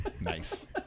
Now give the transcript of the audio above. Nice